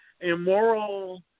immoral